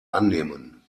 annehmen